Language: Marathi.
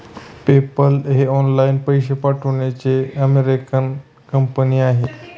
पेपाल ही ऑनलाइन पैसे पाठवण्याची अमेरिकन कंपनी आहे